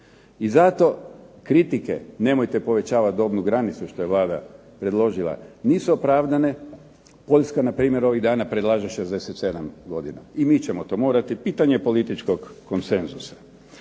I zato kritike nemojte povećavati dobnu granicu što je Vlada predložila nisu opravdane. Poljska na primjer ovih dana predlaže 67 godina. I mi ćemo to morati. Pitanje je političkog konsenzusa.